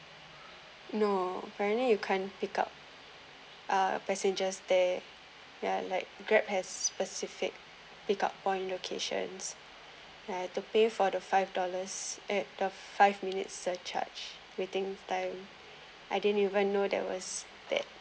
no apparently you can't pick up uh passengers there ya like grab has specific pick up point locations had to pay for the five dollars at the five minutes surcharge waiting time I didn't even know there was that